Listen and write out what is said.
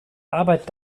arbeit